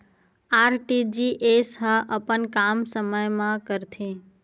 RTGS ह अपन काम समय मा करथे?